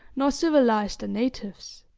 nor civilise the natives.